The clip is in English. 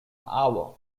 hour